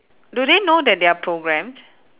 do they know that they are programmed